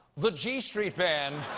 the g street band,